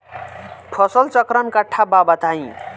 फसल चक्रण कट्ठा बा बताई?